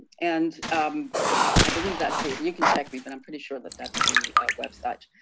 and i believe that's it. and you can check me but i'm pretty sure that that's the website.